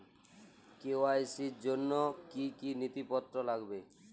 KYC র জন্য কি কি নথিপত্র লাগবে?